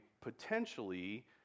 potentially